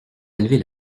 élever